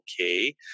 okay